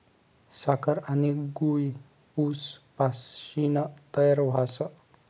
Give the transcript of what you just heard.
साखर आनी गूय ऊस पाशीन तयार व्हस